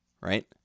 right